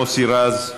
מוסי רז,